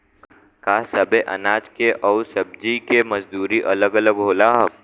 का सबे अनाज के अउर सब्ज़ी के मजदूरी अलग अलग होला?